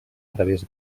través